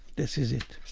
this is it.